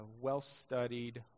well-studied